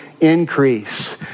increase